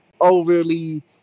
overly